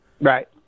right